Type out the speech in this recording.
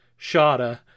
Shada